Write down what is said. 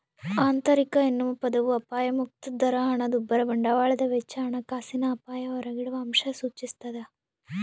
ಆಂತರಿಕ ಎನ್ನುವ ಪದವು ಅಪಾಯಮುಕ್ತ ದರ ಹಣದುಬ್ಬರ ಬಂಡವಾಳದ ವೆಚ್ಚ ಹಣಕಾಸಿನ ಅಪಾಯ ಹೊರಗಿಡುವಅಂಶ ಸೂಚಿಸ್ತಾದ